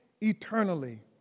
eternally